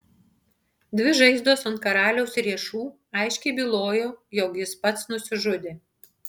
dvi žaizdos ant karaliaus riešų aiškiai bylojo jog jis pats nusižudė